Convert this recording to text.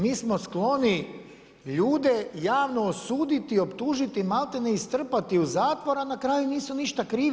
Mi smo skloni ljude javno osuditi, optužiti, maltene, i strpati u zatvor, a na kraju nisu ništa krivi.